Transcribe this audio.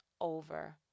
over